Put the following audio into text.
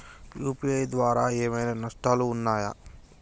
UPI ద్వారా ఏమైనా నష్టాలు ఉన్నయా?